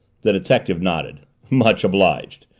the detective nodded. much obliged,